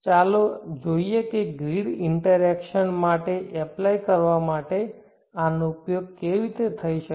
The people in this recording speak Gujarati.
ચાલો જોઈએ કે ગ્રીડ ઇન્ટરએક્શન માટે એપ્લાય કરવા માટે આનો ઉપયોગ કેવી રીતે થઈ શકે